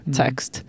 text